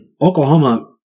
Oklahoma